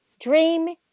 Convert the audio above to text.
Dream